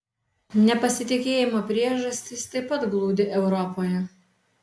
nepasitikėjimo priežastys taip pat glūdi europoje